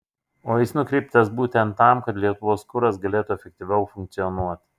o jis nukreiptas būtent tam kad lietuvos kuras galėtų efektyviau funkcionuoti